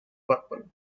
purple